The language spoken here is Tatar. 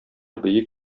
бөек